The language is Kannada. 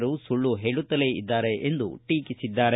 ಸುಧಾಕರ್ ಸುಳ್ಳು ಹೇಳುತ್ತಲೇ ಇದ್ದಾರೆ ಎಂದು ಟೀಕಿಸಿದ್ದಾರೆ